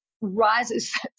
rises